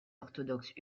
orthodoxes